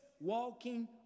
Walking